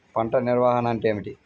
పంట నిర్వాహణ అంటే ఏమిటి?